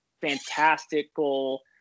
fantastical